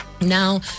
Now